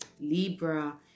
libra